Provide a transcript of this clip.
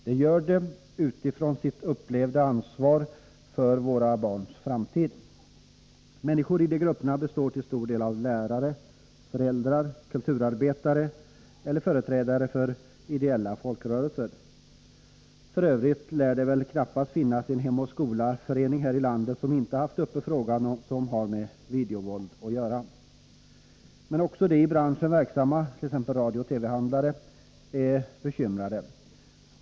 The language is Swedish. De gör det utifrån sitt upplevda ansvar för våra barns framtid. Människor i de grupperna består till stor del av lärare, föräldrar, kulturarbetare och företrädare för de ideella folkrörelserna. F. ö. lär det väl knappast finnas en Hem och Skola-förening här i landet som inte haft uppe frågor som har med videovåld att göra. Men också de i branschen verksamma, t.ex. radiooch TV-handlare, är Nr 51 bekymrade.